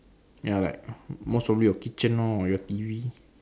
ya like most probably your kitchen lor or your T_V